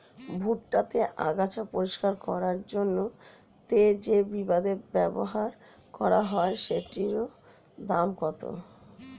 ভুট্টা তে আগাছা পরিষ্কার করার জন্য তে যে বিদে ব্যবহার করা হয় সেটির দাম কত?